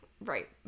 right